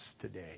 today